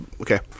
Okay